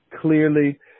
clearly